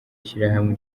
ishyirahamwe